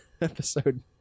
episode